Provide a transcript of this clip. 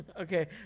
Okay